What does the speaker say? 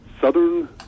Southern